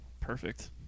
perfect